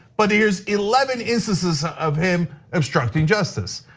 but here's eleven instances of him, obstructing justice.